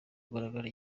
kugaragara